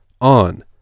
on